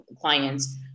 clients